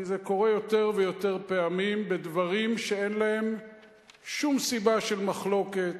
כי זה קורה יותר ויותר פעמים בדברים שאין להם שום סיבה של מחלוקת,